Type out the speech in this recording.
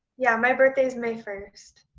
yeah, my birthday is may first.